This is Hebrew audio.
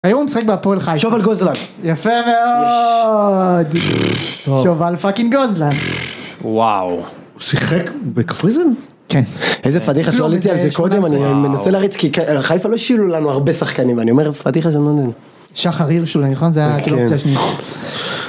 היום הוא משחק בפועל חיפה, שובל גוזלן, יפה מאוד, יש! שובל פאקינג גוזלן, וואו, הוא שיחק בקפריזם, כן, איזה פאדיחה שלא עליתי על זה קודם, אני מנסה להריץ כי על חיפה לא שילמו לנו הרבה שחקנים, אני אומר פאדיחה שאני לא יודע, שחר הירש אולי נכון זה היה כאילו אופציה שנייה.